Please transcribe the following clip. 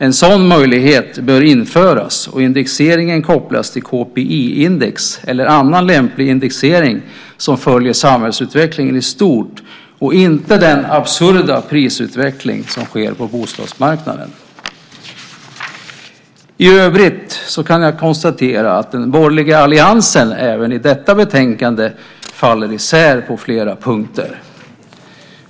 En sådan möjlighet bör införas, och indexeringen kopplas till KPI eller annan lämplig indexering som följer samhällsutvecklingen i stort och inte den absurda prisutveckling som sker på bostadsmarknaden. I övrigt kan jag konstatera att den borgerliga alliansen även i detta betänkande faller isär på flera punkter.